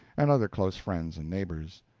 and other close friends and neighbors.